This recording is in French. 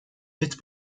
faite